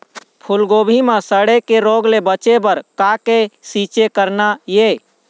फूलगोभी म सड़े के रोग ले बचे बर का के छींचे करना ये?